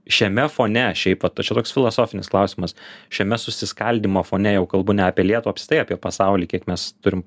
šiame fone šiaip vat o čia toks filosofinis klausimas šiame susiskaldymo fone jau kalbu ne apie lietuvą o apkristai apie pasaulį kiek mes turim